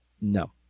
No